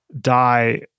die